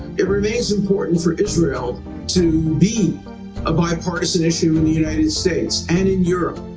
it remains important for israel to be a bipartisan issue in the united states and in europe.